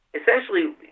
essentially